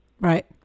Right